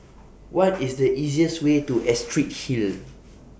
What IS The easiest Way to Astrid Hill